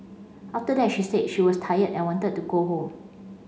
after that she said that she was tired and wanted to go home